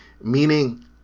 meaning